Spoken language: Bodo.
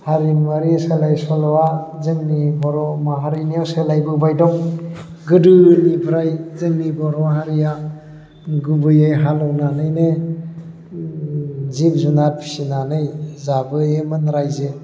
हारिमुवारि सोलाय सोल'आ जोंनि बर' माहारिनियाव सोलायबोबाय दं गोदोनिफ्राय जोंनि बर' हारिया गुबैयै हालएवनानैनो जिब जुनाद फिनानै जाबोयोमोन रायजो